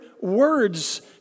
words